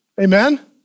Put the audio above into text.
Amen